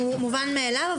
מובן מאליו.